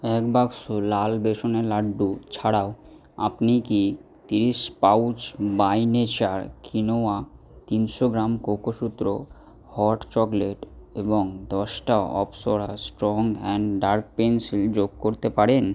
এক বাক্স লাল বেসনের লাড্ডু ছাড়াও আপনি কি তিরিশ পাউচ বাই নেচার কিনোয়া তিনশো গ্রাম কোকোসূত্র হট চকলেট এবং দশটা Apsara strong and dark pencil যোগ করতে পারেন